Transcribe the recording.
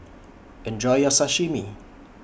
Enjoy your Sashimi